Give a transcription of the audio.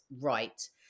right